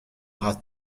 ought